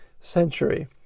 century